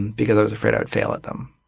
because i was afraid i'd fail at them.